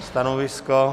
Stanovisko?